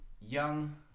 Young